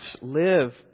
live